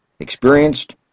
experienced